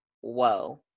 whoa